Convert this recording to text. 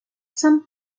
some